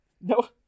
No